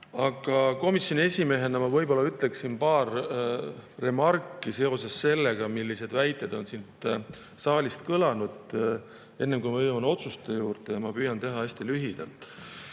Komisjoni esimehena ma ütleksin paar remarki seoses sellega, millised väited on siit saalist kõlanud, enne kui ma jõuan otsuste juurde. Ma püüan teha hästi lühidalt.